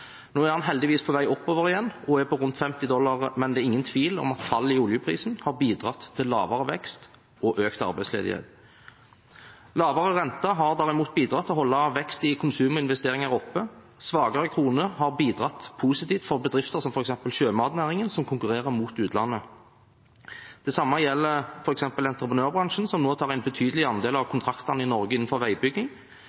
Nå er den heldigvis på vei opp igjen, og er på rundt 50 dollar, men det er ingen tvil om at fallet i oljeprisen har bidratt til lavere vekst og økt arbeidsledighet. Lavere rente har derimot bidratt til å holde veksten i konsuminvesteringer oppe. En svakere krone har bidratt positivt for bedrifter innen f.eks. sjømatnæringen, som konkurrerer med utlandet. Det samme gjelder f.eks. entreprenørbransjen, som nå tar en betydelig andel av